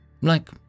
Like